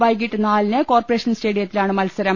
വൈകീട്ട് നാലിന് കോർപ്പറേഷൻ സ്റ്റേഡിയത്തിലാണ് മത്സ രം